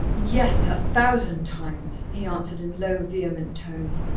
yes, a thousand times! he answered in low, vehement tones,